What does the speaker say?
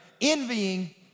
envying